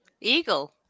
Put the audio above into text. Eagle